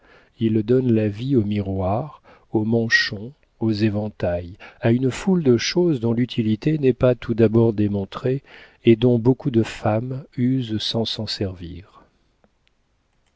il donne la vie aux miroirs aux manchons aux éventails à une foule de choses dont l'utilité n'est pas tout d'abord démontrée et dont beaucoup de femmes usent sans s'en servir